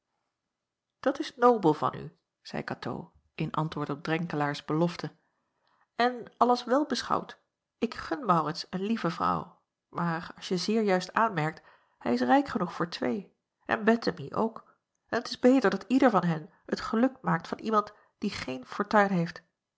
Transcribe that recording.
dat is nobel van u zeî katoo in antwoord op drenkelaers belofte en alles wel beschouwd ik gun maurits een lieve vrouw maar als je zeer juist aanmerkt hij is rijk genoeg voor twee en bettemie ook en t is beter dat ieder van hen het geluk maakt van iemand die geen fortuin heeft